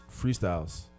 freestyles